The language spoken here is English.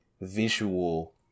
visual